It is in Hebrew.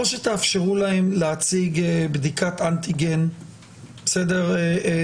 או שתאפשרו להם להציג בדיקת אנטיגן למעביד.